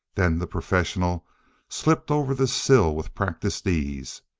then the professional slipped over the sill with practiced ease,